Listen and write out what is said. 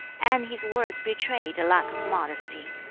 and his words betrayed a lack of modesty.